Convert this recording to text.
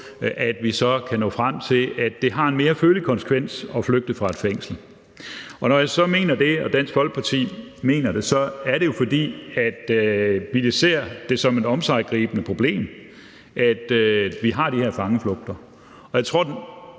at vi så kan nå frem til, at det har en mere følelig konsekvens at flygte fra et fængsel. Når jeg og Dansk Folkeparti mener det, er det jo, fordi vi ser det som et omsiggribende problem, at vi har de her fangeflugter. Og jeg tror,